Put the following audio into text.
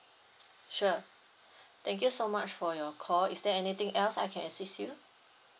sure thank you so much for your call is there anything else I can assist you